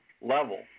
level